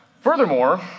Furthermore